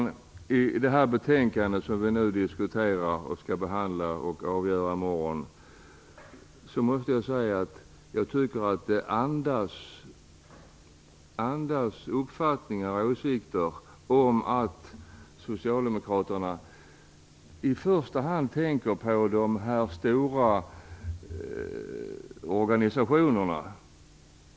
Jag tycker att det betänkande som vi nu skall behandla och avgöra i morgon andas uppfattningar och åsikter som visar att socialdemokraterna i första hand tänker på de stora organisationerna.